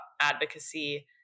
advocacy